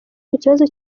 ikibazo